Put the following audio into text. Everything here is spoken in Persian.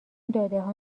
دادهها